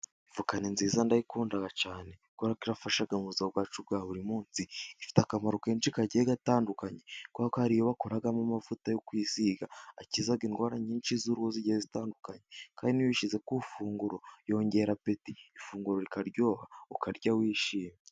Avoka ni nziza ndayikunda cyane kubera ko irafasha mu buzima bwacu bwa buri munsi. Ifite akamaro kenshi kagiye gatandukanye, kuko hari iyo bakoramo amavuta yo kwisiga akiza indwara nyinshi z'uruhu zigiye zitandukanye. kandi n'iyo uyishyize ku ifunguro yongera apeti, ifunguro rikaryoha, ukarya wishimye.